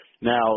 Now